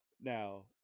Now